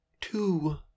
two